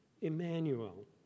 Emmanuel